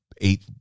eight